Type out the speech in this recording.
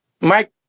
Mike